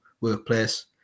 workplace